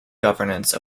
governance